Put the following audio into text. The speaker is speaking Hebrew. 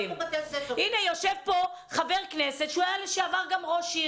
הנה, יושב פה חבר כנסת שהיה ראש עיר.